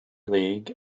league